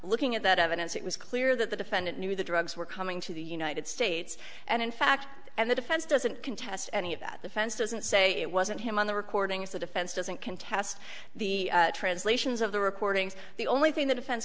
looking at that evidence it was clear that the defendant knew the drugs were coming to the united states and in fact and the defense doesn't contest any of that defense doesn't say it wasn't him on the recordings the defense doesn't contest the translations of the recordings the only thing th